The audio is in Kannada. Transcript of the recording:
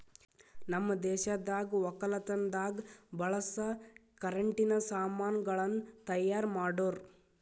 ನಮ್ ದೇಶದಾಗ್ ವಕ್ಕಲತನದಾಗ್ ಬಳಸ ಕರೆಂಟಿನ ಸಾಮಾನ್ ಗಳನ್ನ್ ತೈಯಾರ್ ಮಾಡೋರ್